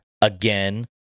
again